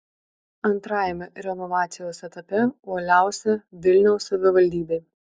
antrajame renovacijos etape uoliausia vilniaus savivaldybė